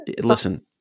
Listen